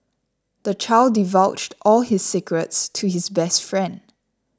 the child divulged all his secrets to his best friend